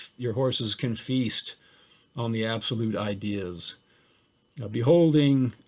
your horses can feast on the absolute ideas. of beholding